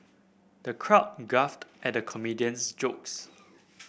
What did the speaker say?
the crowd guffawed at the comedian's jokes